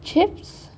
chips